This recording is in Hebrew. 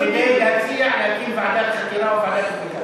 כדי להציע שם להקים ועדת חקירה או ועדת בדיקה.